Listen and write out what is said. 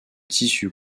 tissu